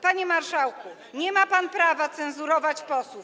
Panie marszałku, nie ma pan prawa cenzurować posłów.